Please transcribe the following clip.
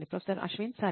professor Ashwin సరే